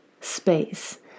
space